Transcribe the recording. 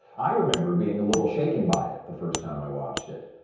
i remember being a little shaken by it the first time i watched it.